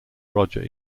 roger